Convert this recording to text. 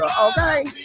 okay